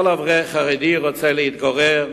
כל אברך חרדי רוצה להתגורר